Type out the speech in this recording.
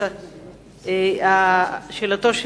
שאילתא מס'